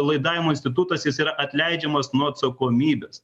laidavimo institutas jis yra atleidžiamas nuo atsakomybės